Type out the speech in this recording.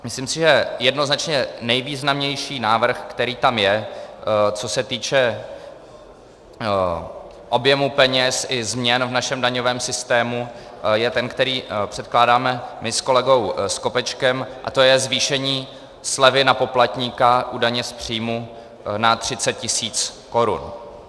Myslím si, že jednoznačně nejvýznamnější návrh, který tam je, co se týče objemu peněz i změn v našem daňovém systému, je ten, který předkládáme my s kolegou Skopečkem, a to je zvýšení slevy na poplatníka u daně z příjmu na 30 tisíc korun.